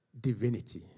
divinity